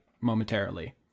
momentarily